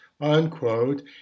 unquote